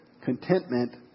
contentment